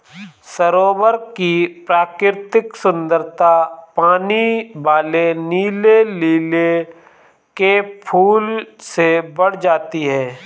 सरोवर की प्राकृतिक सुंदरता पानी वाले नीले लिली के फूल से बढ़ जाती है